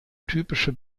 typische